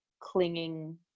clinging